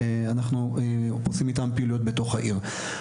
ואנחנו עושים איתם פעילויות בתוך העיר.